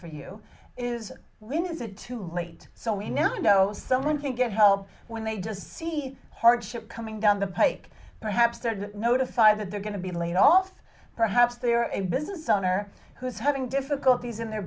for you is when is it too late so we now know someone to get help when they just see hardship coming down the pike perhaps there's no decided they're going to be laid off perhaps they're a business owner who's having difficulties in their